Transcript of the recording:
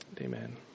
Amen